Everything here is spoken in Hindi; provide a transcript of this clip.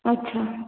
अच्छा